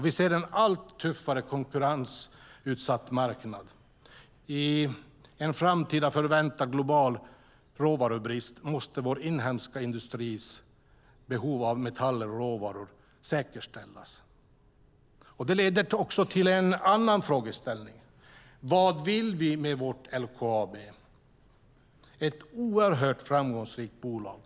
Vi ser en allt tuffare och konkurrensutsatt marknad. I en framtida förväntad global råvarubrist måste vår inhemska industris behov av mineraler och metaller säkerställas. Det leder till en annan frågeställning. Vad vill vi med vårt LKAB? Det är ett oerhört framgångsrikt bolag.